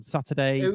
Saturday